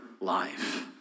life